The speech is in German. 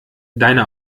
deine